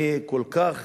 אני כל כך